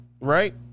right